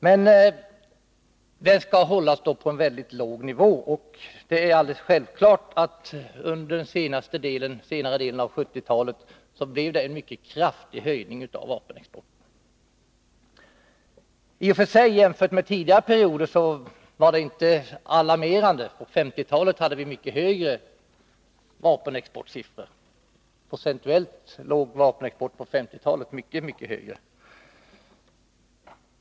Men denna export skall hållas på en mycket låg nivå, och det är helt självklart att det under senare delen av 1970-talet skedde en mycket kraftig ökning av vapenexporten. Jämfört med tidigare perioder var ökningen i och för sig inte alarmerande — under 1950-talet var procentsiffrorna för vapenexporten mycket högre.